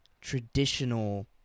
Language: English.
traditional